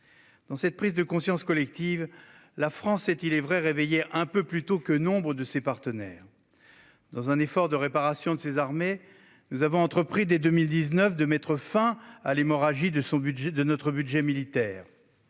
Dans cette prise de conscience collective, la France s'est, il est vrai, réveillée un peu plus tôt que nombre de ses partenaires. Dans un effort de réparation de ses armées, elle a entrepris dès 2019 de mettre fin à l'hémorragie de notre budget militaire.